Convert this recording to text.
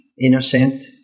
innocent